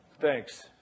thanks